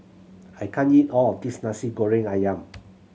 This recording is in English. I can't eat all of this Nasi Goreng Ayam